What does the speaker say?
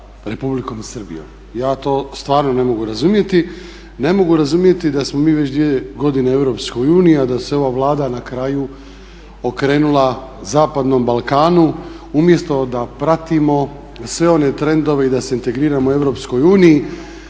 Republikom Srbijom. Ja to stvarno ne mogu razumjeti. Ne mogu razumjeti da smo mi već 2 godine u EU a da se ova Vlada na kraju okrenula zapadnom Balkanu umjesto da pratimo sve one trendove i da se integriramo u EU, da